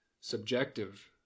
subjective